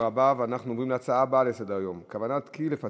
בעד, 11, אין מתנגדים ואין נמנעים.